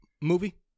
movie